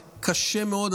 זה קשה מאוד,